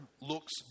looks